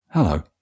Hello